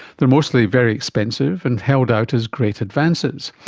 they are mostly very expensive and held out as great advances,